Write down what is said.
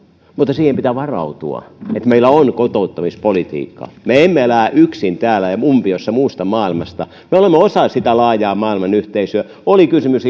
mutta siihen pitää varautua että meillä on kotouttamispolitiikka me emme elä yksin täällä umpiossa muusta maailmasta me olemme osa laajaa maailman yhteisöä oli kysymys